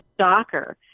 stalker